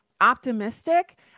optimistic